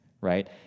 right